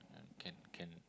yeah can can